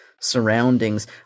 surroundings